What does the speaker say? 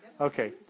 Okay